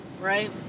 right